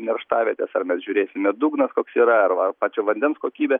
nerštavietes ar mes žiūrėsime dugnas koks yra ar ar pačio vandens kokybę